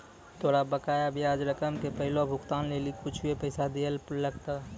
तोरा बकाया ब्याज रकम के पहिलो भुगतान लेली कुछुए पैसा दैयल लगथा